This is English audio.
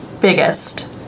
biggest